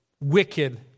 wicked